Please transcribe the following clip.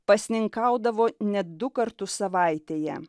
pasninkaudavo net du kartus savaitėje